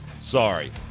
Sorry